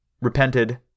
repented